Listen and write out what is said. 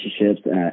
relationships